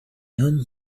him